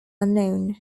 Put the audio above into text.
unknown